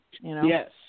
Yes